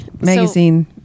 magazine